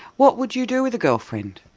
what would you do with a girlfriend?